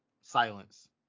silence